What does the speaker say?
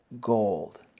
gold